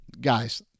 Guys